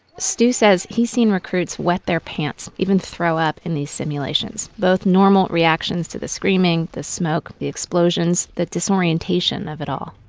stu says he seen recruits wet their pants, even throw up in these simulations. both normal reactions to the screaming, the smoke, the explosions, the disorientation of it all.